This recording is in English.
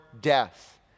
death